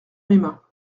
mesmin